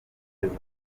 neza